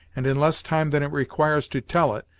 and in less time than it requires to tell it,